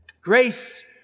grace